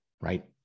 right